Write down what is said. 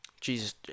Jesus